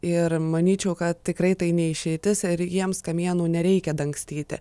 ir manyčiau kad tikrai tai ne išeitis ir jiems kamienų nereikia dangstyti